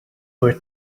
were